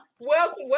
welcome